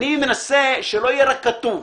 אני מנסה שלא יהיה רק כתוב,